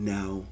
now